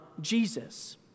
Jesus